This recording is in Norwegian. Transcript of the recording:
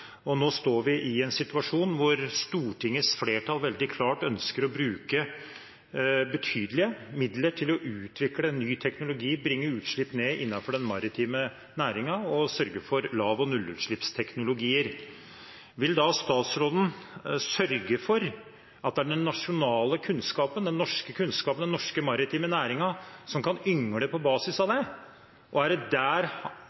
Nå står vi i en situasjon hvor Stortingets flertall veldig klart ønsker å bruke betydelige midler til å utvikle ny teknologi, bringe utslipp ned innenfor den maritime næringen og sørge for lav- og nullutslippsteknologier. Vil statsråden da sørge for at det er den nasjonale kunnskapen – den norske kunnskapen, den norske maritime næringen – som kan yngle på basis av